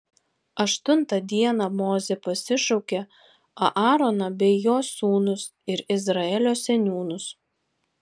aštuntą dieną mozė pasišaukė aaroną bei jo sūnus ir izraelio seniūnus